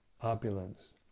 opulence